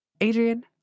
Adrian